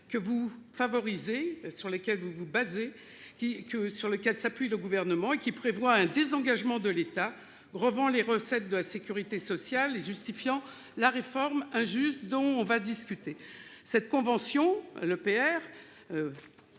que vous favorisez sur lesquelles vous vous basez qui que sur lequel s'appuie le gouvernement qui prévoit un désengagement de l'État grevant les recettes de la Sécurité sociale et justifiant la réforme injuste dont on va discuter cette convention l'EPR.